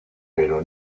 pero